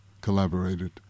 collaborated